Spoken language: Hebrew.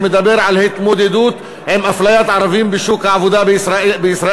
מדבר על התמודדות עם אפליית ערבים בשוק העבודה הישראלי,